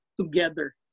together